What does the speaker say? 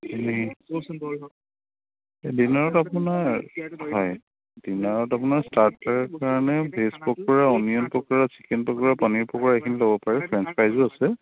দিনত আপোনাৰ হয় দিনত আপোনাৰ স্টাৰ্টাৰ কাৰণে veg pakora onion pakora chicken pakora paneer pakora এইখিনি ল'ব পাৰে ফ্ৰেন্স ফ্ৰাইজো আছে